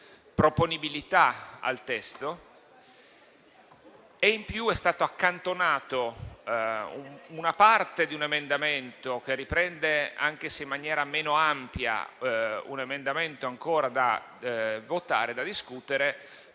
proponibilità del testo, e in più è stata accantonata una parte di un emendamento che riprende, anche se in maniera meno ampia, un emendamento ancora da discutere